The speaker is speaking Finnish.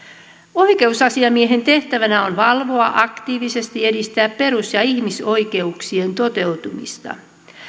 oikeusasiamiehen tehtävänä on valvoa ja aktiivisesti edistää perus ja ihmisoikeuksien toteutumista